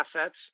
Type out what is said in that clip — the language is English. assets